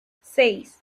seis